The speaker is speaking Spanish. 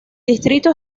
distrito